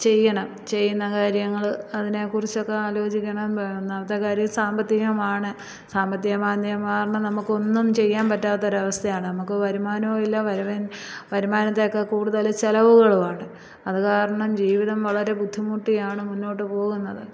ചെയ്യണം ചെയ്യുന്ന കാര്യങ്ങൾ അതിനെക്കുറിച്ചൊക്കെ ആലോചിക്കണം ഒന്നാമത്തെ കാര്യം സാമ്പത്തികമാണ് സാമ്പത്തികമാന്ദ്യം കാരണം നമുക്കൊന്നും ചെയ്യാൻ പറ്റാത്തൊരവസ്ഥയാണ് നമുക്ക് വരുമാനവുമില്ല വരവ് വരുമാനത്തേക്കാൾക്കൂടുതൽ ചിലവുകളുമാണ് അതുകാരണം ജീവിതം വളരെ ബുദ്ധിമുട്ടിയാണ് മുന്നോട്ട് പോകുന്നത്